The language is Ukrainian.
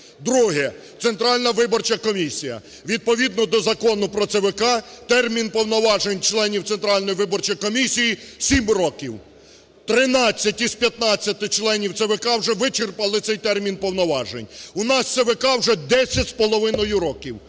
Друге. Центральна виборча комісія: відповідно до Закону про ЦВК термін повноважень членів Центральної виборчої комісії 7 років, 13 з 15-и членів ЦВК вичерпали цей термін повноважень, у нас ЦВК вже 10 з половиною років.